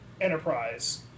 Enterprise